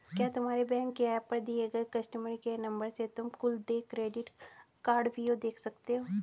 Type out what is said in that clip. क्या तुम्हारे बैंक के एप पर दिए गए कस्टमर केयर नंबर से तुम कुल देय क्रेडिट कार्डव्यू देख सकते हो?